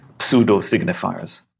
pseudo-signifiers